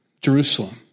Jerusalem